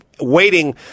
waiting